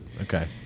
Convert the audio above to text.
Okay